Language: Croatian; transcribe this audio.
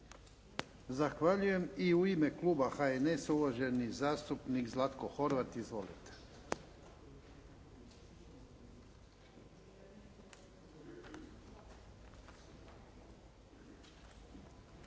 Zahvaljujem. I u ime kluba HNS-a uvaženi zastupnik Zlatko Horvat. Izvolite.